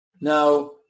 Now